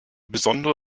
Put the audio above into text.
besondere